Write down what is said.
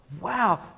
Wow